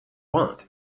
want